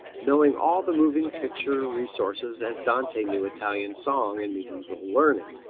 knowing all the moving picture resources as dante knew italian song and mediaeval learning.